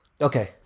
Okay